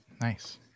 Nice